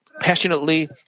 passionately